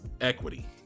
equity